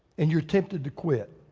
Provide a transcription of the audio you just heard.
and you're tempted to quit.